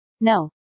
no